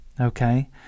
Okay